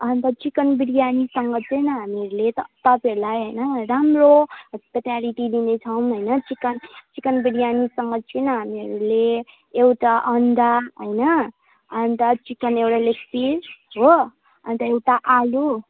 अन्त चिकन बिरयानीसँग चाहिँ हामीहरूले त तपाईँहरूलाई राम्रो हस्पिट्यालिटी दिनेछौँ होइन चिकन चिकन बिरयानीसँग चाहिँ हामीहरूले एउटा अन्डा होइन अन्त चिकन एउटा लेग पिस हो अन्त एउटा आलु